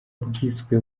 bwiswe